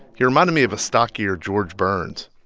he reminded me of a stockier george burns.